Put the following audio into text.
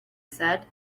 said